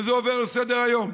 ועוברים בזה לסדר-היום.